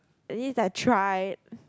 and it is like try